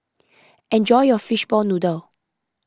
enjoy your Fishball Noodle